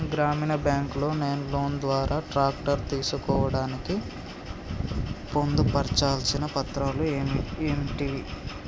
గ్రామీణ బ్యాంక్ లో నేను లోన్ ద్వారా ట్రాక్టర్ తీసుకోవడానికి పొందు పర్చాల్సిన పత్రాలు ఏంటివి?